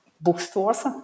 bookstores